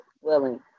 willing